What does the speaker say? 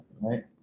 right